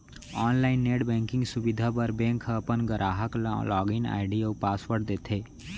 online net banking सुबिधा बर bank ह अपन गराहक ल लॉगिन आईडी अउ पासवर्ड देथे